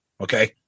Okay